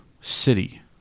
city